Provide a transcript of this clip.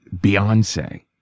Beyonce